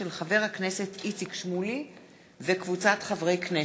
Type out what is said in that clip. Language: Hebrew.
של חבר הכנסת איציק שמולי וקבוצת חברי הכנסת.